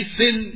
sin